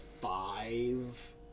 five